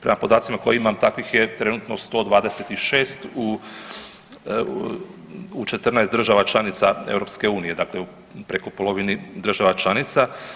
Prema podacima koje imam takvih je trenutno 126 u 14 država članica EU, dakle preko polovine država članica.